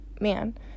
man